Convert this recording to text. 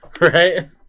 Right